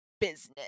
Business